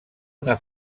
una